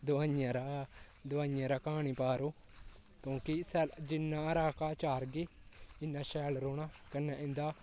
दवाई आह्ला दवाई आह्ला घाऽ निं पा रो क्योंकि जि'न्ना हरा घाऽ चारगे इ'न्ना शैल रौह्ना कन्नै इं'दा